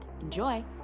Enjoy